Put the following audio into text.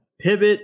pivot